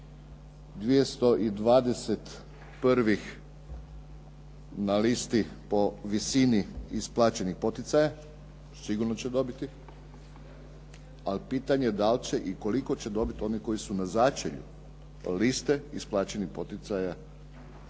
prvih na listi po visini isplaćenih poticaja, sigurno će dobiti, ali pitanje da li će i koliko će dobiti oni koji su na začelju liste isplaćenih poticaja